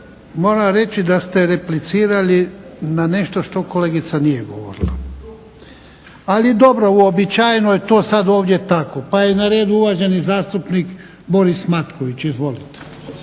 Moram reći da ste replicirali na nešto što kolegica nije govorila. Ali dobro, uobičajeno je to sada ovdje tako. Pa je na redu uvaženi zastupnik Boris Matković, izvolite.